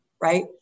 right